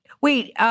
wait